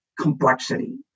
complexity